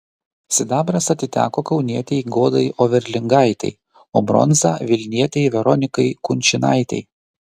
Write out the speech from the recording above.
sidabras atiteko kaunietei godai overlingaitei o bronza vilnietei veronikai kunčinaitei